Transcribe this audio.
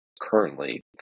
currently